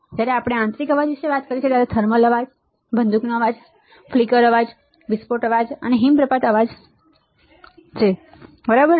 જ્યારે આપણે આંતરિકઅવાજ વિશે વાત કરીએ છીએ ત્યાં થર્મલ અવાજ બંદૂકનો અવાજ ફ્લિકર અવાજ વિસ્ફોટનો અવાજ અને હિમપ્રપાતનો અવાજ બરાબર છે